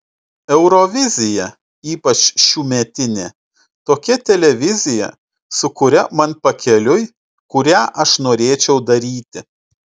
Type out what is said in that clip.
eurovizija ypač šiųmetinė tokia televizija su kuria man pakeliui kurią aš norėčiau daryti